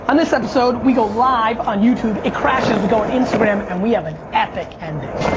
on this episode, we go live on youtube it crashes, we go on instagram and we have an epic ending.